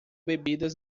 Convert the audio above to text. bebidas